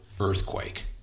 earthquake